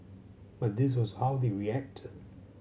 but this was how they reacted